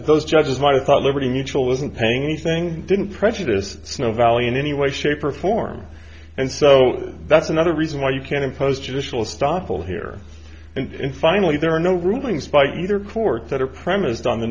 those judges might have thought liberty mutual wasn't paying anything didn't prejudice no value in any way shape or form and so that's another reason why you can't impose judicial stoffel here in finally there are no rulings spite or courts that are premised on the